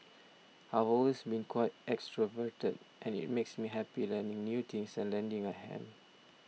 I've always been quite extroverted and it makes me happy learning new things and lending a hand